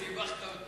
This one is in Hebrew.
סיבכת אותו.